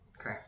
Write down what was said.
Okay